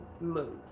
move